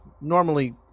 normally